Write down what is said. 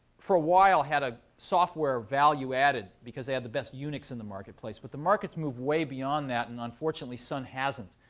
for a while had a software value added, because they had the best unix in the marketplace. but the market's moved way beyond that, and unfortunately, sun hasn't.